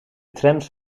trams